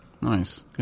Nice